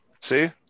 See